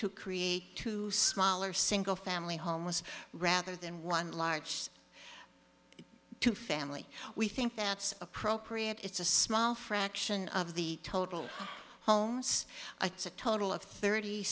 to create two smaller single family homes rather than one large two family we think that's appropriate it's a small fraction of the total homes a total of thirty